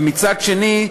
ומצד שני,